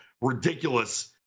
ridiculous